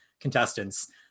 contestants